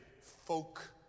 folk